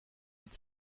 mit